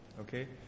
okay